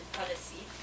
policy